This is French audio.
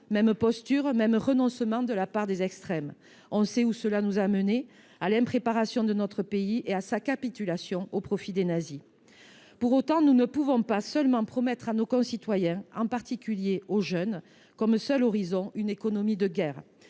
mêmes postures, les mêmes renoncements de la part des extrêmes. On sait où cela nous a menés : à l’impréparation de notre pays et à sa capitulation face aux nazis. Pour autant, nous ne pouvons pas seulement promettre à nos concitoyens, en particulier aux jeunes, une économie de guerre